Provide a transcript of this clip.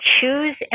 choose